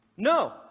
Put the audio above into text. No